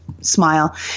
smile